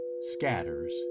scatters